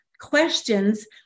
questions